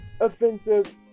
offensive